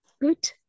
Good